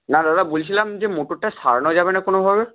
না দাদা বলছিলাম যে মোটরটা সারানো যাবে না কোনো ভাবে